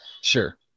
sure